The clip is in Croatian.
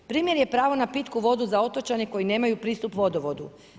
Primjer je pravo na pitku vodu za otočane koji nemaju pristup vodovodu.